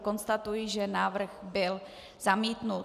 Konstatuji, že návrh byl zamítnut.